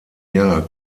jahr